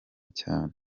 cyane